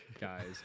Guys